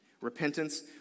Repentance